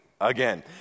again